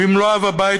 ואם לא אב הבית,